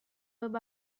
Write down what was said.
web